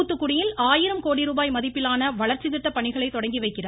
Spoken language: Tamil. தூத்துக்குடியில் ஆயிரம் கோடி ரூபாய் மதிப்பிலான வளர்ச்சித் திட்டப்பணிகளை தொடங்கி வைக்கிறார்